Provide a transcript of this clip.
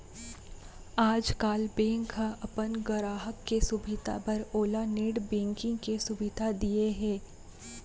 आजकाल बेंक ह अपन गराहक के सुभीता बर ओला नेट बेंकिंग के सुभीता दिये हे